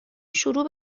شروع